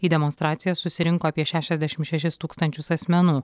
į demonstraciją susirinko apie šešiasdešim šešis tūkstančius asmenų